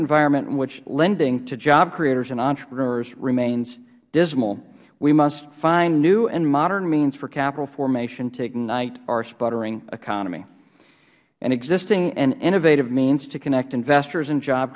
environment in which lending to job creators and entrepreneurs remains dismal we must find new and modern means for capital formation to ignite our sputtering economy an existing and innovative means to connect investors and job